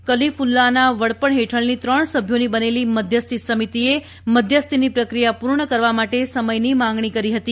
કલિફ્લ્લાના વડપણ ફેઠળની ત્રણ સભ્યોની બનેલી મધ્યસ્થી સમિતિએ મધ્યસ્થીની પ્રક્રિયા પૂર્ણ કરવા માટે સમયની માંગણી કરી હતી